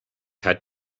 had